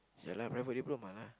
ya lah private diploma lah